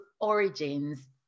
origins